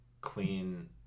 clean